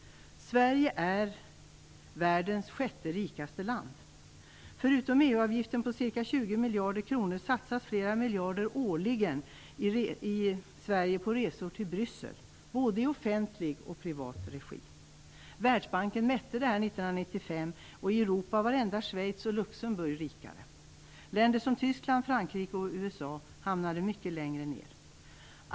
Sverige är världens sjätte rikaste land. Förutom EU-avgiften på ca 20 miljarder kronor satsas årligen i Sverige flera miljarder på resor till Bryssel, både i offentlig och privat regi. Världsbanken mätte detta 1995. I Europa var endast Schweiz och Luxemburg rikare. Länder som Tyskland, Frankrike och USA hamnade mycket längre ned på listan.